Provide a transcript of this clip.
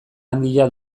handia